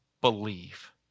believe